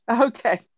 Okay